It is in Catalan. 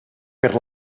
per